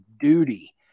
duty